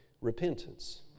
repentance